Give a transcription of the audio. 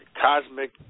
cosmic